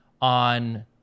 on